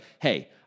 hey